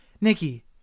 Nikki